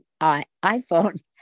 iPhone